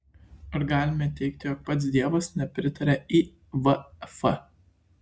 ar galime teigti jog pats dievas nepritaria ivf